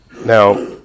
Now